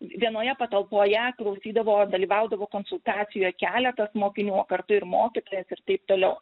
vienoje patalpoje klausydavo dalyvaudavo konsultacijoj keletas mokinių o kartu ir mokytojas ir taip toliau